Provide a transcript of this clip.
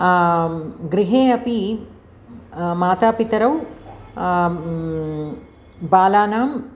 गृहे अपि मातापितरौ बालानां